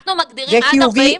אנחנו מגדירים עד 40?